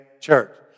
church